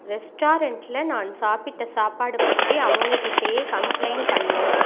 ரெஸ்டாரண்ட்ல நான் சாப்பிட்ட சாப்பாடு பற்றி அவங்கக்கிட்டயே கம்ப்ளைண்ட் பண்ணு